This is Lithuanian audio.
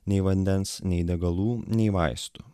nei vandens nei degalų nei vaistų